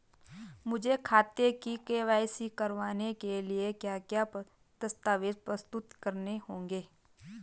मुझे खाते की के.वाई.सी करवाने के लिए क्या क्या दस्तावेज़ प्रस्तुत करने होंगे?